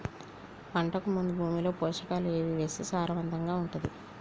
పంటకు ముందు భూమిలో పోషకాలు ఏవి వేస్తే సారవంతంగా ఉంటది?